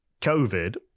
COVID